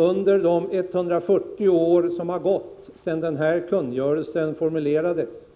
Under de 140 år som har gått sedan kungörelsen formulerades